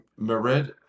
Mered